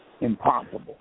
impossible